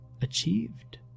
achieved